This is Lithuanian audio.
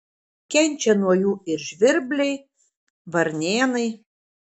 kenčia nuo jų ir žvirbliai varnėnai